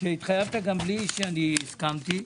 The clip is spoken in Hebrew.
שהתחייבת גם בלי שאני הסכמתי,